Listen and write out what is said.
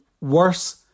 worse